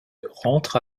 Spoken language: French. rentre